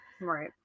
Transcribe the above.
Right